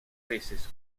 veces